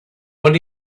when